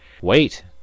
Wait